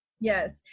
yes